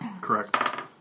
Correct